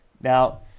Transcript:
Now